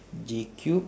J cube